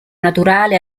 naturale